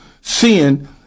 sin